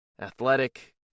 Athletic